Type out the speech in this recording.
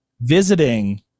visiting